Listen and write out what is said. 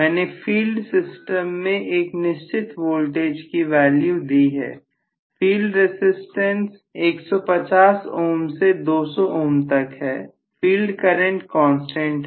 मैंने field system में एक निश्चित वोल्टेज की वैल्यू दी है फील्ड रसिस्टेंस 150ohms से 200 ohms तक है फील्ड करंट कांस्टेंट है